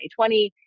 2020